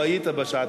איזו ועדה אתה